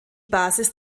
basis